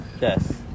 Yes